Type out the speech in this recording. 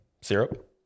syrup